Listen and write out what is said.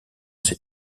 ces